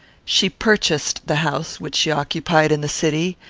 she purchased the house which she occupied in the city,